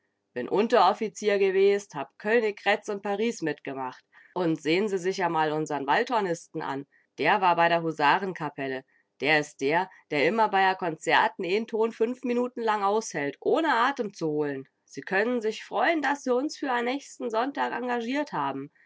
bin unteroffizier gewest hab königgrätz und paris mitgemacht und sehn sie sich amal unsern waldhornisten an der war bei der husarenkapelle der is der der immer bei a konzerten een ton fünf minuten lang aushält ohne atem zu holen sie könn'n sich freu'n daß se uns für a nächsten sonntag engagiert haben